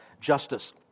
justice